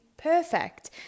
Perfect